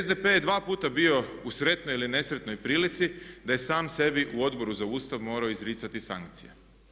SDP je dva puta bio u sretnoj ili nesretnoj prilici da je sam sebi u Odboru za Ustav morao izricati sankcije.